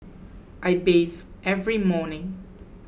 I bathe every morning